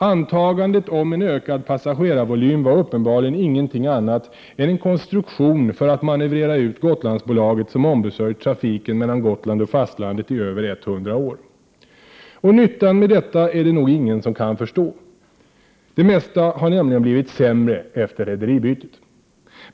Antagandet om en ökad passagerarvolym var uppenbarligen ingenting annat än en konstruktion för att manövrera ut Gotlandsbolaget, som ombesörjt trafiken mellan Gotland och fastlandet i över 100 år. Och nyttan med detta är det nog ingen som kan förstå. Det mesta har nämligen blivit sämre efter bytet av rederi.